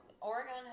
Oregon